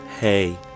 Hey